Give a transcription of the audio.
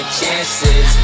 chances